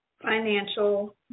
financial